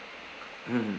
mm